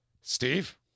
Steve